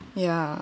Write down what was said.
yeah